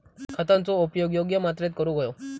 खतांचो उपयोग योग्य मात्रेत करूक व्हयो